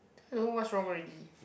so what's wrong already